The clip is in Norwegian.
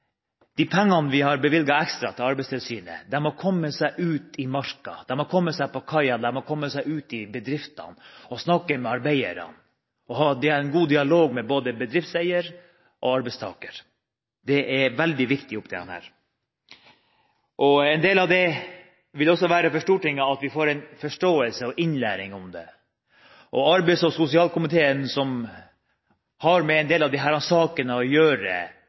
komme seg ut i marka, de må komme seg på kaia, de må komme seg ut i bedriftene og snakke med arbeiderne og ha en god dialog med både bedriftseier og arbeidstaker. Det er veldig viktig oppi dette. Én del av det vil også være at vi på Stortinget får forståelse for det og lærer om det. Arbeids- og sosialkomiteen, som har med en del av disse sakene å gjøre,